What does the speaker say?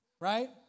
Right